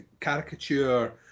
caricature